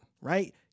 right